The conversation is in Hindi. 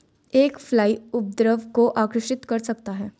एक फ्लाई उपद्रव को आकर्षित कर सकता है?